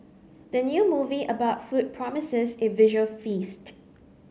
the new movie about food promises a visual feast